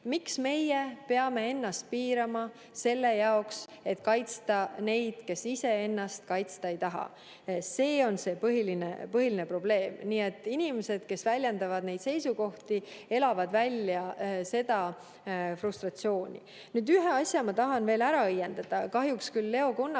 miks meie peame ennast piirama selle jaoks, et kaitsta neid, kes ise ennast kaitsta ei taha? See on see põhiline probleem. Nii et inimesed, kes väljendavad neid seisukohti, elavad välja seda frustratsiooni. Nüüd, ühe asja ma tahan ära õiendada. Kahjuks küll Leo Kunnast